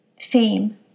Fame